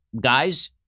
guys